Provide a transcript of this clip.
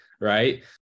right